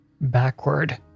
backward